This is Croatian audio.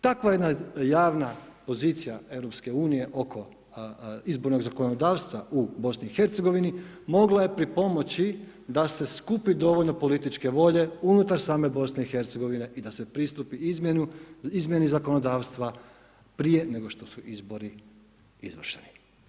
Takva jedna javna pozicija Europske unije oko izbornog zakonodavstva u BiH mogla je pripomoći da se skupni dovoljno političke volje unutar same BiH i da se pristupi izmjeni zakonodavstva prije nego što su izbori izašli.